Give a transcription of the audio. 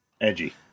Edgy